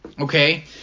okay